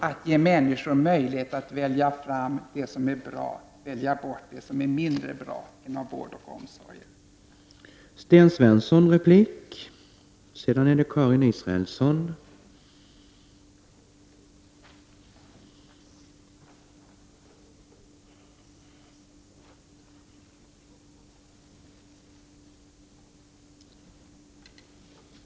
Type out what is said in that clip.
Att ge människor möjlighet att välja det som är bra och välja bort det som är mindre bra inom vård och omsorg är också den bästa kvalitetsgarantin man kan tänka sig.